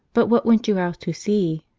but what went you out to see?